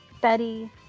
Betty